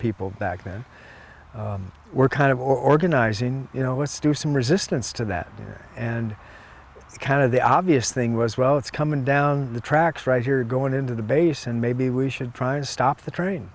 people back then were kind of organizing you know with stu some resistance to that and kind of the obvious thing was well it's coming down the tracks right here going into the base and maybe we should try and stop the train